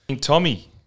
Tommy